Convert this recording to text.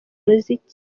muziki